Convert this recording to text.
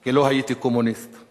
כי לא הייתי קומוניסט/